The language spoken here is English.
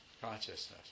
consciousness